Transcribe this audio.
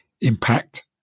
impact